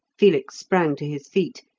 felix sprang to his feet,